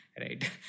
Right